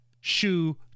shoe